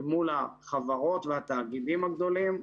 מול החברות והתאגידים הגדולים.